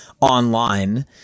online